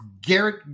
Garrett